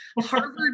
Harvard